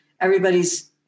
everybody's